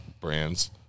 brands